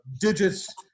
digits